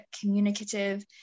communicative